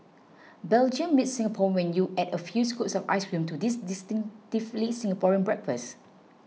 Belgium meets Singapore when you add a few scoops of ice cream to this distinctively Singaporean breakfast